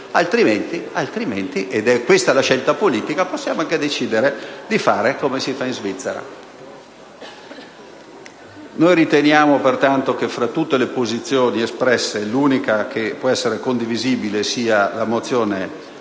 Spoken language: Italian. Altrimenti, ed è questa la scelta politica, possiamo anche decidere di fare come si fa in Svizzera. Noi riteniamo, in conclusione, che fra tutte le posizioni espresse, l'unica che può essere condivisibile è quella contenuta